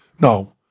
No